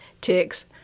Ticks